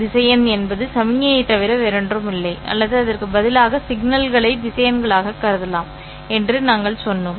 திசையன் என்பது சமிக்ஞையைத் தவிர வேறொன்றுமில்லை அல்லது அதற்கு பதிலாக சிக்னல்களை திசையன்களாகக் கருதலாம் என்று நாங்கள் சொன்னோம்